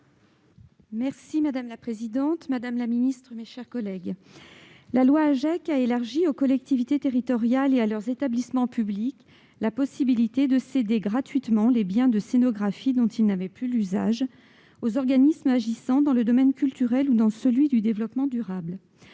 loi anti-gaspillage et pour une économie circulaire, dite loi AGEC, a élargi aux collectivités territoriales et à leurs établissements publics la possibilité de céder gratuitement les biens de scénographie dont ils n'avaient plus l'usage aux organismes agissant dans le domaine culturel ou dans celui du développement durable.